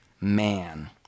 man